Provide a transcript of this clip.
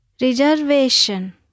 Reservation